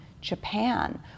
Japan